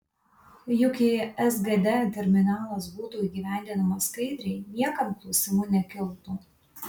juk jei sgd terminalas būtų įgyvendinamas skaidriai niekam klausimų nekiltų